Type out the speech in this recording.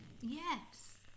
Yes